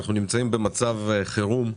שאנחנו נמצאים במצב חירום.